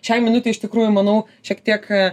šiai minutei iš tikrųjų manau šiek tiek